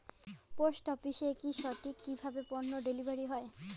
Post অফিসে কি সঠিক কিভাবে পন্য ডেলিভারি হয়?